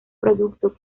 producto